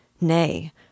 nay